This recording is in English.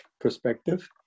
perspective